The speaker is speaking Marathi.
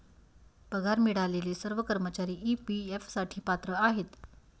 पगार मिळालेले सर्व कर्मचारी ई.पी.एफ साठी पात्र आहेत